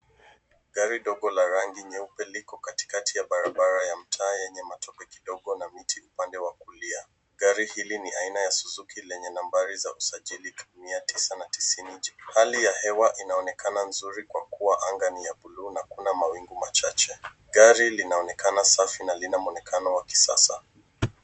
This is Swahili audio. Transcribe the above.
Gari dogo la rangi nyeupe liko katikati ya barabara ya mtaa yenye matope kidogo na miti upande wa kulia. Gari hili ni aina ya suzuki lenya nambari za usajili 990J. Hali ya hewa inaonekana nzuri kwa kuwa anga ni ya buluu na kuna mawingu machache. Gari linaonekana safi na lina muonekano wa kisasa.